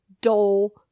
dull